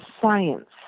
science